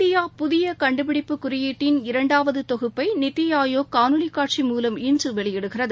India புதியகண்டுபிடிப்பு குறியீட்டின் இரண்டாவதுதொகுப்பைநித்திஆயோக் காணொலிகாட்சி மூலம் இன்றுவெளியிடுகிறது